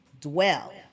dwell